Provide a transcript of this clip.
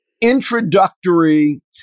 introductory